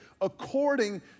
according